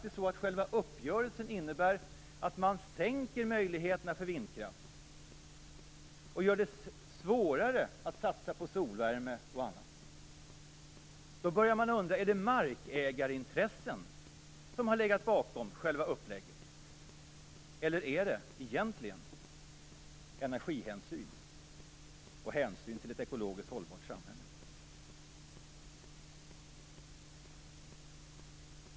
Själva uppgörelsen innebär ju faktiskt att man minskar möjligheterna för vindkraft och gör det svårare att satsa på solvärme och annat. Då börjar man undra om det är markägarintressen som har legat bakom själva upplägget. Eller är det energihänsyn och hänsyn till ett ekologiskt hållbart samhälle?